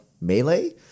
melee